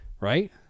right